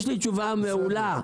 יש לי תשובה מעולה,